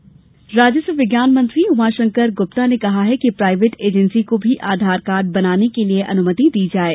गुप्ता राजस्व विज्ञान उमाशंकर गुप्ता ने कहा है कि प्रायवेट एजेंसी को भी आधार कार्ड बनाने के लिए अनुमति दी जाये